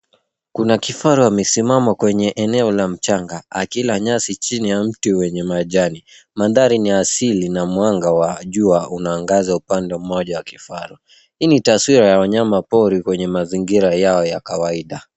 Kuna kifaru amesimama kwenye eneo la mchanga akila nyasi chini ya mti wenye majani. Mandhari ni ya asili na mwanga wa jua unaangaza upande mmoja wa kifaru. Hii ni taswira ya wanyamapori kwenye mazingira yao ya kawaida.